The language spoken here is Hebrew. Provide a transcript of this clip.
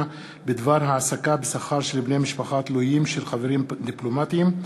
בדבר העסקה בשכר של בני משפחה תלויים של חברים דיפלומטיים,